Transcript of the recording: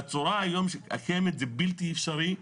בצורה הקיימת היום זה בלתי אפשרי,